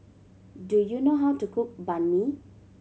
do you know how to cook Banh Mi